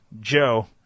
Joe